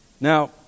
Now